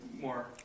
more